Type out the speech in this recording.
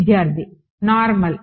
విద్యార్థి నార్మల్